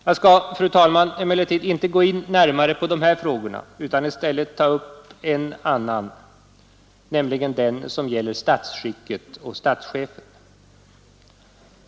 Jag skall, fru talman, emellertid inte gå närmare in på dessa frågor utan i stället ta upp en annan, nämligen den som gäller statsskicket och statschefen.